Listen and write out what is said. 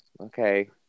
okay